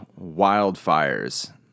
wildfires